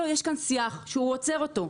לא, יש כאן סייח שהוא עוצר אותו.